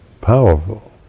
powerful